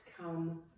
come